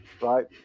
right